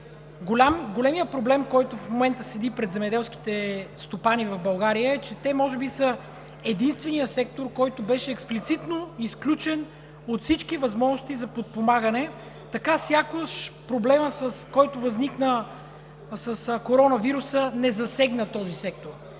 големият проблем, който в момента седи пред земеделските стопани в България, е, че те може би са единственият сектор, който беше експлицитно изключен от всички възможности за подпомагане, така, сякаш проблемът, който възникна с коронавируса, не засегна този сектор.